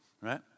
right